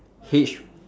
H